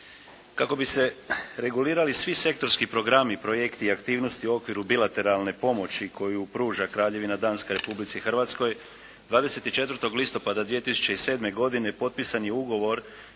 Kako bi se regulirali svi sektorski programi, projekti i aktivnosti u okviru bilateralne pomoći koju pruža Kraljevina Danska Republici Hrvatskoj, 24. listopada 2007. godine potpisan je Ugovor